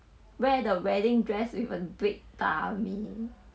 wear the wedding dress with a big tummy